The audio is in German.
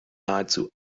nahezu